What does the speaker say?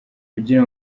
kugira